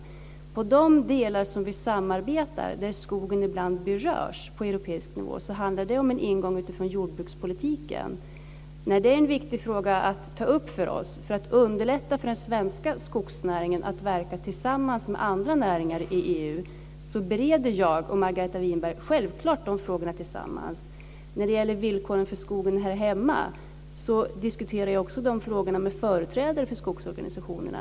På de delar där vi samarbetar på europeisk nivå, där skogen ibland berörs, handlar det om en ingång utifrån jordbrukspolitiken. När det är en viktig fråga att ta upp för oss, för att underlätta för den svenska skogsnäringen att verka tillsammans med andra näringar i EU, bereder jag och Margareta Winberg självklart de frågorna tillsammans. När det gäller villkoren för skogen här hemma diskuterar jag självklart de frågorna med företrädarna för skogsorganisationerna.